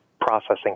processing